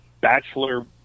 bachelor